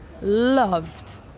loved